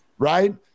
Right